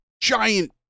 giant